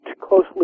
closely